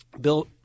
Bill